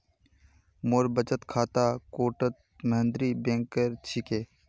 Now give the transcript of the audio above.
मोर बचत खाता कोटक महिंद्रा बैंकेर छिके